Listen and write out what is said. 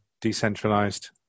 decentralized